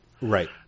right